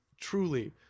truly